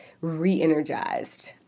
re-energized